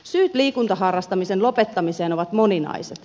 syyt liikuntaharrastamisen lopettamiseen ovat moninaiset